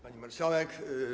Pani Marszałek!